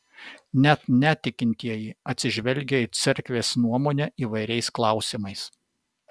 net netikintieji atsižvelgia į cerkvės nuomonę įvairiais klausimais